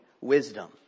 wisdom